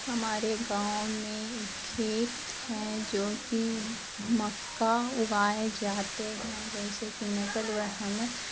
ہمارے گاؤں میں کھیت ہیں جو کہ مکہ اگائے جاتے ہیں جیسے کہ نقل وحمل